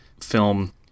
Film